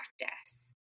practice